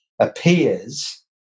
appears